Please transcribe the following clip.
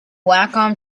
wacom